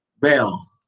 Bell